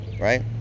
Right